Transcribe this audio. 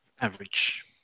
Average